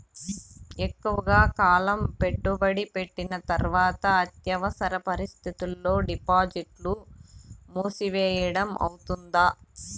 ఎక్కువగా కాలం పెట్టుబడి పెట్టిన తర్వాత అత్యవసర పరిస్థితుల్లో డిపాజిట్లు మూసివేయడం అవుతుందా?